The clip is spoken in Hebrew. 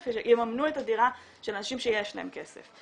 יממנו את הדירה של אנשים שיש להם כסף.